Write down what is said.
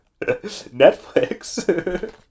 Netflix